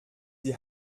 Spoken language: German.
die